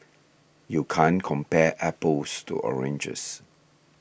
you can't compare apples to oranges